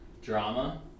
drama